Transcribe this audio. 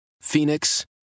Phoenix